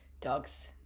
Dogs